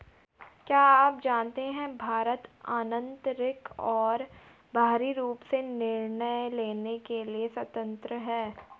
क्या आप जानते है भारत आन्तरिक और बाहरी रूप से निर्णय लेने के लिए स्वतन्त्र है?